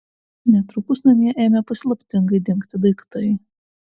netrukus namie ėmė paslaptingai dingti daiktai